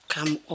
Come